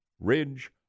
Ridge